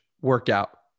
workout